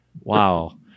wow